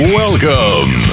welcome